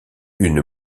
une